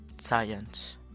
science